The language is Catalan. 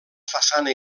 façana